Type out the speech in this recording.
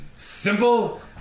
Simple